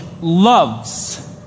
loves